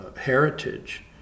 heritage